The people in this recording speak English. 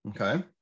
Okay